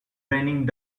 raining